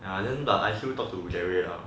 yah but then I still talk to jerry lah